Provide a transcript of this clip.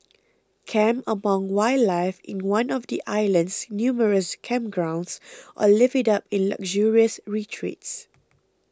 camp amongst wildlife in one of the island's numerous campgrounds or live it up in luxurious retreats